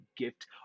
Gift